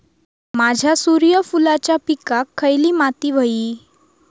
माझ्या सूर्यफुलाच्या पिकाक खयली माती व्हयी?